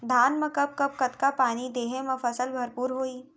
धान मा कब कब कतका पानी देहे मा फसल भरपूर होही?